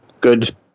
good